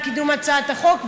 על קידום הצעת החוק,